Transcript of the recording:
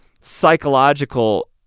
psychological